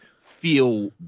feel